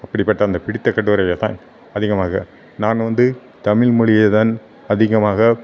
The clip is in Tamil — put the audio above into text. அப்படிப்பட்ட அந்த பிடித்த கட்டுரையை தான் அதிகமாக நான் வந்து தமிழ் மொழிய தான் அதிகமாக